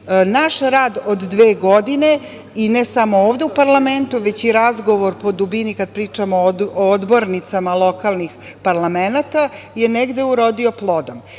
naš rad od dve godine i ne samo ovde u parlamentu, već i razgovor po dubini, kada pričamo o odbornicama lokalnih parlamenata, je negde urodio plodom. Kada